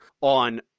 on